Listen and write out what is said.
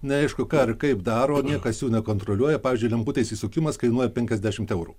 neaišku ką ar kaip daro niekas jų nekontroliuoja pavyzdžiui lemputės įsukimas kainuoja penkiasdešimt eurų